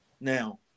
Now